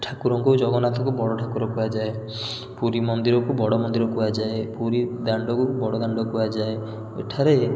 ଠାକୁରଙ୍କୁ ଜଗନ୍ନାଥଙ୍କୁ ବଡ଼ ଠାକୁର କୁହାଯାଏ ପୁରୀ ମନ୍ଦିରକୁ ବଡ଼ମନ୍ଦିର କୁହାଯାଏ ପୁରୀଦାଣ୍ଡକୁ ବଡ଼ଦାଣ୍ଡ କୁହାଯାଏ ଏଠାରେ